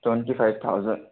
twenty five thousand